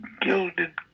gilded